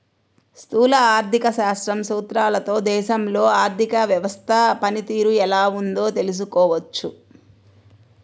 స్థూల ఆర్థిక శాస్త్రం సూత్రాలతో దేశంలో ఆర్థిక వ్యవస్థ పనితీరు ఎలా ఉందో తెలుసుకోవచ్చు